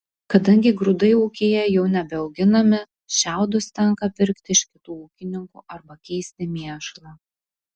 kadangi grūdai ūkyje jau nebeauginami šiaudus tenka pirkti iš kitų ūkininkų arba keisti į mėšlą